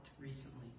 recently